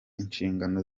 inshingano